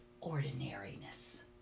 ordinariness